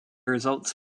results